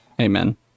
Amen